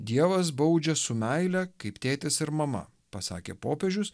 dievas baudžia su meile kaip tėtis ir mama pasakė popiežius